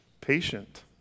patient